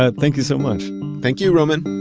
ah thank you so much thank you, roman